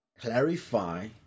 clarify